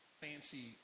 fancy